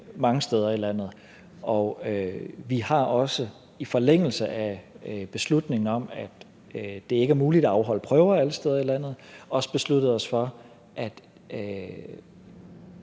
mange steder i landet. Og vi har også i forlængelse af beslutningen om, at det ikke er muligt at afholde prøver alle steder i landet, besluttet os for at